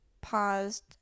paused